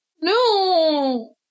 No